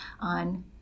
on